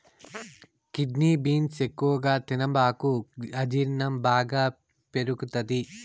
kidney beans ఎక్కువగా తినబాకు అజీర్ణం బాగా పెరుగుతది